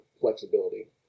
flexibility